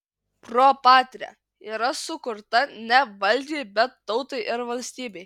pro patria yra sukurta ne valdžiai bet tautai ir valstybei